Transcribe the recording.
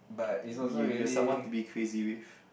you you have someone to be crazy with